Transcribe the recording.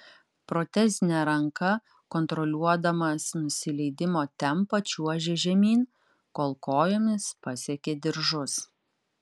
protezine ranka kontroliuodamas nusileidimo tempą čiuožė žemyn kol kojomis pasiekė diržus